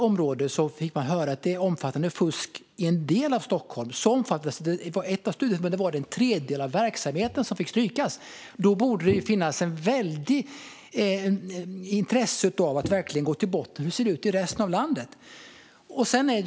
Om vi får höra att det är omfattande fusk i en del av Stockholm - i ett av studieförbunden var det en tredjedel av verksamheten som fick strykas - borde det finnas ett väldigt intresse av att verkligen gå till botten med det och se efter hur det ser ut i resten av landet.